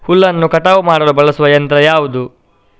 ಹುಲ್ಲನ್ನು ಕಟಾವು ಮಾಡಲು ಬಳಸುವ ಯಂತ್ರ ಯಾವುದು?